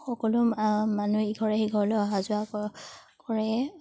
সকলো মানুহ ইঘৰে সিঘৰলৈ অহা যোৱা ক কৰে